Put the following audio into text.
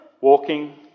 walking